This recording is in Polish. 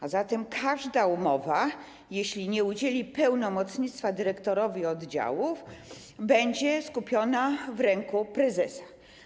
A zatem każda umowa, jeśli nie udzieli się pełnomocnictwa dyrektorowi oddziału, będzie skupiona w ręku prezesa.